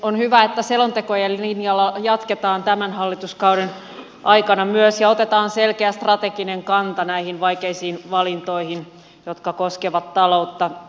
on hyvä että selontekojen linjalla jatketaan myös tämän hallituskauden aikana ja otetaan selkeä strateginen kanta niihin vaikeisiin valintoihin jotka koskevat taloutta